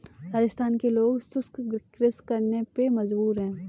राजस्थान के लोग शुष्क कृषि करने पे मजबूर हैं